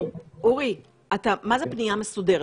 אורי, מה זה פנייה מסודרת?